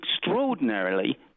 extraordinarily